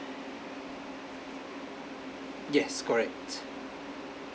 yes correct